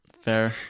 Fair